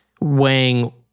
weighing